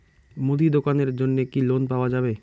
মুদি দোকানের জন্যে কি লোন পাওয়া যাবে?